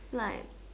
like